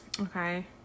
Okay